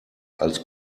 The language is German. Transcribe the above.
als